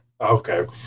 Okay